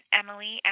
emily